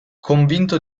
convinto